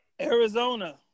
Arizona